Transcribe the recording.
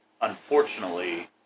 Unfortunately